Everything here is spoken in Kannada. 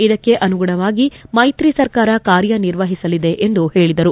ಇದಕ್ಕೆ ಅನುಗುಣವಾಗಿ ಮೈತ್ರಿ ಸರ್ಕಾರ ಕಾರ್ಯನಿರ್ವಹಿಸಲಿದೆ ಎಂದು ಹೇಳಿದರು